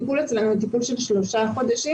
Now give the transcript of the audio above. הטיפול אצלנו הוא טיפול של שלושה חודשים,